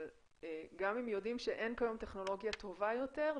אבל גם אם יודעים שאין כיום טכנולוגיה טובה יותר,